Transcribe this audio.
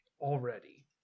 already